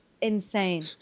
insane